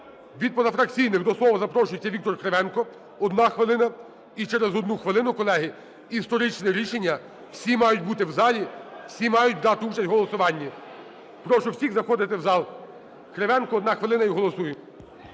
Від позафракційних до слова запрошується Віктор Кривенко, одна хвилина. І через одну хвилину, колеги, історичне рішення, всі мають бути в залі, всі мають брати участь в голосуванні. Прошу всіх заходити в зал. Кривенко, одна хвилина, і голосуємо.